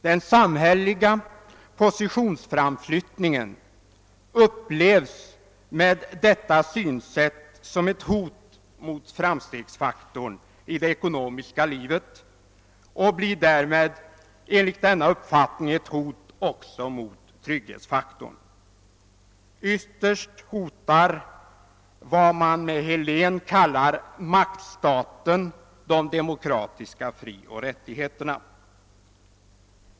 Den samhälleliga positionsframflyttningen upplevs med detta synsätt som ett hot mot framstegsfaktorn i det ekonomiska livet och blir därmed enligt denna uppfattning ett hot också mot trygghetsfaktorn. Ytterst hotar vad man med Helén kallar maktstaten de demokratiska frioch rättigheterna.